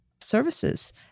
services